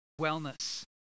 wellness